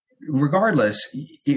regardless